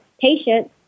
patients